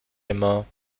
immer